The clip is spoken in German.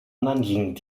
nanjing